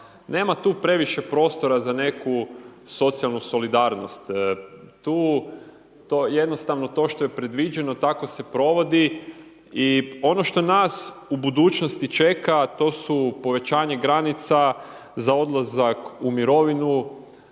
nema tu previše prostora za neku socijalnu solidarnost. Tu, to jednostavno to što je predviđeno tako se provodi. I ono što nas u budućnosti čeka to su povećanje granica za odlazak u mirovinu,